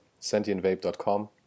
sentientvape.com